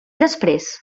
després